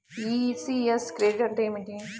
ECS credit అంటే ఏమిటి?